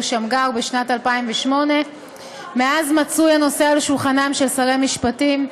שמגר בשנת 2008. מאז הנושא עומד על שולחנם של שרי המשפטים,